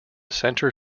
center